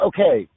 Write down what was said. Okay